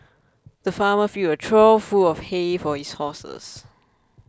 the farmer filled a trough full of hay for his horses